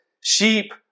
sheep